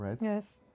Yes